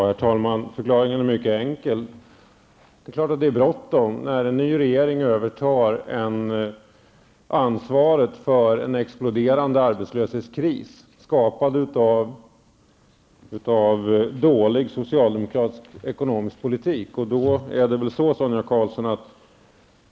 Herr talman! Förklaringen är mycket enkel. Det är klart att det är bråttom när en ny regering tar över ansvaret för en exploderande arbetslöshetskris skapad av dålig socialdemokratisk ekonomisk politik.